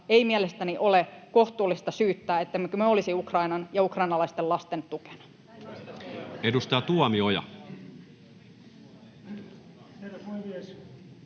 ei mielestäni ole kohtuullista syyttää, ettemmekö me olisi Ukrainan ja ukrainalaisten lasten tukena.